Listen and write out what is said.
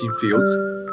fields